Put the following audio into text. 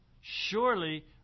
Surely